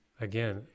again